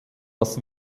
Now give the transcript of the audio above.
das